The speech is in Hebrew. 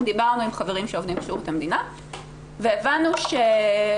דיברנו עם חברים שעובדים בשירות המדינה והבנו שלא